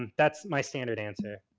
that's my standard answer.